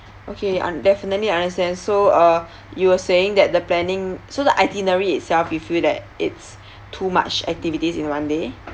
okay I'm definitely understand so uh you were saying that the planning so the itinerary itself you feel that it's too much activities in one day